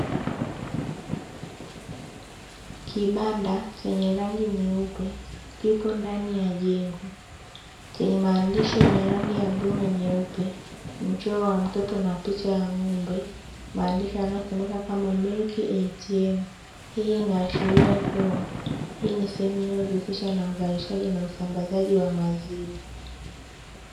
Kibanda chenye rangi nyeupe kipo ndani ya jengo chenye maandishi ya rangi ya bluu na nyeupe, mchoro wa mtoto na picha ya ng'ombe maandishi yanayosomeka kama "MILK ATM". Hii inaashiria kuwa ni hii sehemu inayojihusisha na uzalishaji na usambazaji wa maziwa.